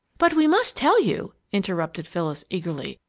but we must tell you, interrupted phyllis, eagerly,